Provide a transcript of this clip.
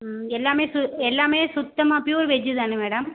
ம் எல்லாமே சு எல்லாமே சுத்தமாக ப்யூர் வெஜ்ஜி தானே மேடம்